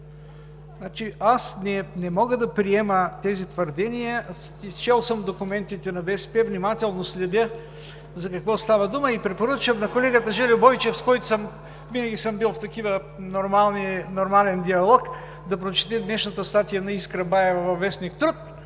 Аз не мога да приема тези твърдения! Изчел съм документите на БСП внимателно, следя за какво става дума и препоръчвам на колегата Жельо Бойчев, с който винаги съм бил в нормален диалог, да прочете днешната статия на Искра Баева във вестник „Труд“